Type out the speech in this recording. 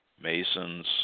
mason's